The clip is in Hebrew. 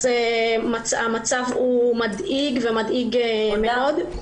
אז המצב מדאיג מאוד.